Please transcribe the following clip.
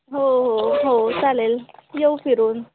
हो हो हो चालेल येऊ फिरून